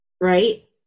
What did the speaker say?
Right